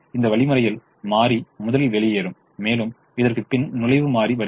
இந்த வழிமுறையில் மாறி முதலில் வெளியேறும் மேலும் இதற்குப்பின் நுழைவு மாறி வருகிறது